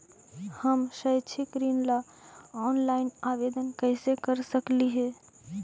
हम शैक्षिक ऋण ला ऑनलाइन आवेदन कैसे कर सकली हे?